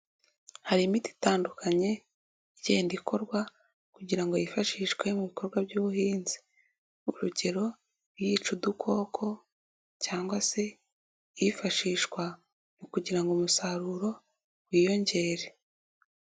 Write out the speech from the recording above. Hari imiti itandukanye igenda ikorwa kugira ngo yifashishwe mu bikorwa by'ubuhinzi, urugero nk'iyica udukoko cyangwa se iyifashishwa mu kugira ngo umusaruro wiyongere.